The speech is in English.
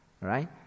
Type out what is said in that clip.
Right